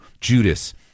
Judas